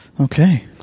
Okay